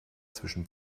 zwischen